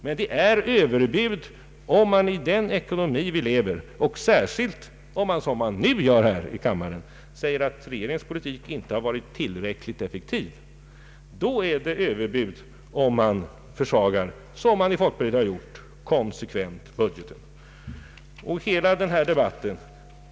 Men särskilt om man, som folkpartiet nu gör här i kammaren, anför att regeringens politik inte är tillräckligt effektiv, måste det vara fråga om överbud om man konsekvent försvagar budgeten, som man har gjort i folkpartiet.